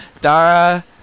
Dara